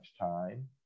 time